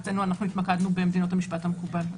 אצלנו התמקדנו במדינות המשפט המקובל.